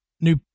new